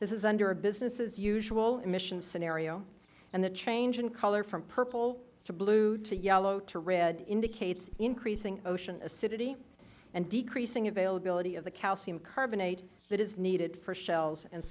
this is under a business as usual emissions scenario and the change in color from purple to blue to yellow to red indicates increasing ocean acidity and decreasing availability of the calcium carbonate that is needed for shells and